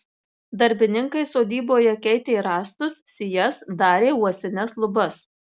darbininkai sodyboje keitė rąstus sijas darė uosines lubas